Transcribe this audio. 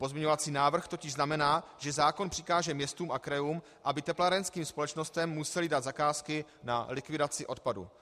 Pozměňovací návrh totiž znamená, že zákon přikáže městům a krajům, aby teplárenským společnostem musely dát zakázky na likvidaci odpadů.